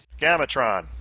Gamatron